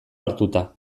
hartuta